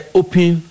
open